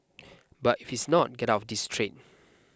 but if it's not get out of this trade